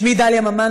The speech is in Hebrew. שמי דליה ממן,